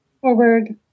forward